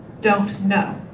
don't know,